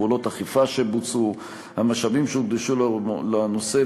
פעולות אכיפה שבוצעו והמשאבים שהוקדשו לנושא,